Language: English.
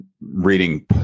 reading